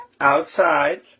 Outside